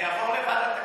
זה יעבור לוועדת הכנסת?